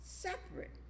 separate